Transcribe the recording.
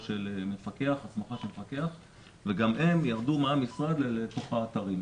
של מפקח וגם הם ירדו מהמשרד לתוך האתרים.